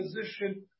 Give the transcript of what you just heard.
position